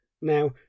Now